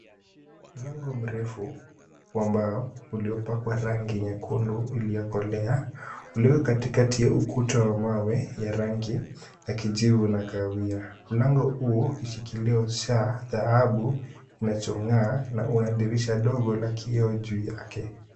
Mlango mrefu wa mbao uliopakwa rangi nyekundu iliyokolea, ulio katikati wa mawe ya kijivu na kahawia. Mlango una kishikilio cha dhahabu kinachoo ng'aa na una dirisha ndogo na kioo juu yake.